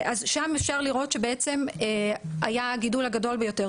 שם אפשר לראות שהיה הגידול הגדול ביותר.